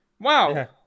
Wow